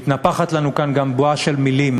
מתנפחת לנו כאן גם בועה של מילים.